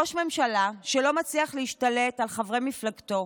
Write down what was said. ראש ממשלה שלא מצליח להשתלט על חברי מפלגתו,